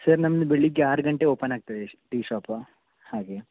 sir ನಮ್ದು ಬೆಳಗ್ಗೆ ಆರು ಗಂಟೆ ಓಪನ್ ಆಗ್ತದೆ ಟೀ ಶಾಪ ಹಾಗೆ